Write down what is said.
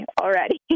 already